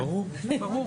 ברור.